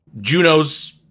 Juno's